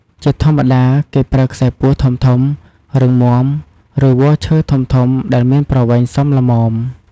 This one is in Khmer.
ជាធម្មតា គេប្រើខ្សែពួរធំៗ រឹងមាំ ឬវល្លិ៍ឈើធំៗ ដែលមានប្រវែងសមល្មម។